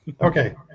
Okay